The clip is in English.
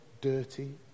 dirty